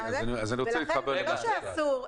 ולכן, זה לא שאסור.